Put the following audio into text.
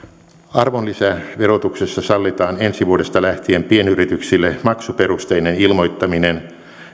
arvonlisäverotuksessa sallitaan ensi vuodesta lähtien pienyrityksille maksuperusteinen ilmoittaminen